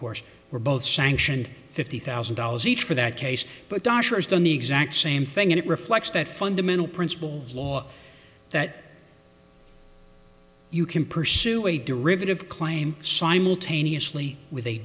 course were both sanctioned fifty thousand dollars each for that case but doctors done the exact same thing and it reflects that fundamental principles of law that you can pursue a derivative claim simultaneously with a